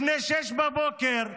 לפני 06:00,